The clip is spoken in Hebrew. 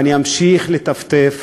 ואני אמשיך לטפטף